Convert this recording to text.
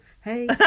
Hey